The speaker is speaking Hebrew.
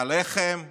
הלחם עולה,